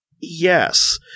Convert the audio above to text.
Yes